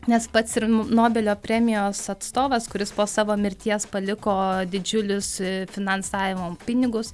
nes pats ir nobelio premijos atstovas kuris po savo mirties paliko didžiulius finansavimo pinigus